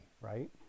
right